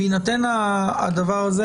בהינתן הדבר הזה,